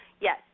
yes